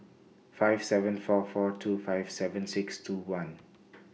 five seven four four two five seven six two one